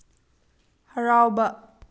ꯍꯔꯥꯎꯕ